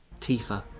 Tifa